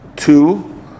two